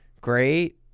great